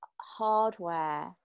hardware